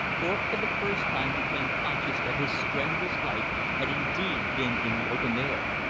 thorpe for the first time became conscious that his strenuous life had indeed been in the open air,